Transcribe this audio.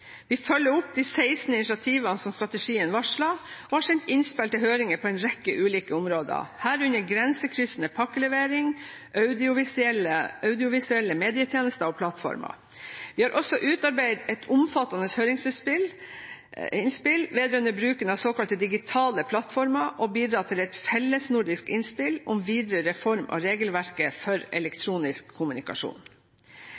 Vi følger opp de 16 initiativene som strategien varslet, og har sendt innspill til høringer på en rekke ulike områder, herunder grensekryssende pakkelevering, audiovisuelle medietjenester og plattformer. Vi har også utarbeidet et omfattende høringsinnspill vedrørende bruk av såkalte digitale plattformer og bidratt til et fellesnordisk innspill om videre reform av regelverket for